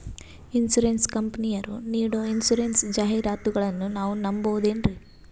Insurance ಕಂಪನಿಯರು ನೀಡೋ insurance ಜಾಹಿರಾತುಗಳನ್ನು ನಾವು ನಂಬಹುದೇನ್ರಿ?